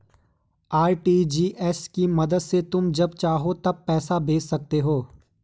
RTGS की मदद से तुम जब चाहो तब पैसे भेज सकते हो